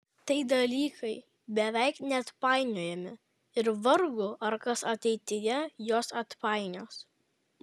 tai dalykai beveik neatpainiojami ir vargu ar kas ateityje juos atpainios